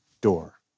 door